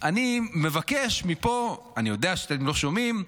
אני מבקש מפה, אני יודע שאתם לא שומעים,